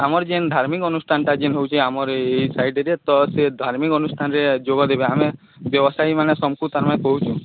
ଆମର୍ ଯେନ୍ ଧାର୍ମିକ୍ ଅନୁଷ୍ଠାନ୍ଟା ଯେନ୍ ହୋଉଚେ ଆମର୍ ଇ ସଇଡ଼୍ରେ ତ ସେ ଧାର୍ମିକ୍ ଅନୁଷ୍ଠାନ୍ରେ ଯୋଗ ଦେବା ଆମେ ବ୍ୟବସାୟୀମାନେ ସମ୍କୁ ତାରମାନେ କହୁଚୁ